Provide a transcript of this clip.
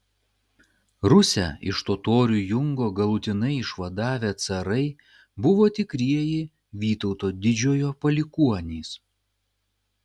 rusią iš totorių jungo galutinai išvadavę carai buvo tikrieji vytauto didžiojo palikuonys